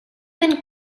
been